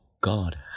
God